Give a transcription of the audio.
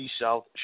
South